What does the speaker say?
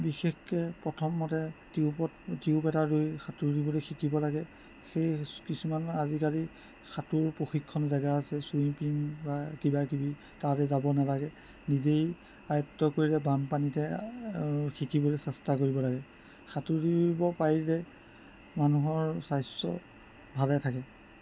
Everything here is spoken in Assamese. বিশেষকৈ প্ৰথমতে টিউবত টিউব এটা লৈ সাঁতুৰিব শিকিব লাগে সেয়ে কিছুমান আজিকালি সাঁতোৰ প্ৰশিক্ষণ জেগা আছে ছুইমিং বা কিবাকিবি তালে যাব নালাগে নিজেই আয়ত্ব কৰিলে বানপানীতে শিকিবলৈ চেষ্টা কৰিব লাগে সাঁতুৰিব পাৰিলে মানুহৰ স্বাস্থ্য ভালে থাকে